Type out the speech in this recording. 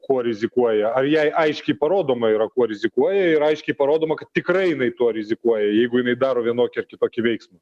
kuo rizikuoja ar jai aiškiai parodoma yra kuo rizikuoja ir aiškiai parodoma kad tikrai jinai tuo rizikuoja jeigu jinai daro vienokį ar kitokį veiksmą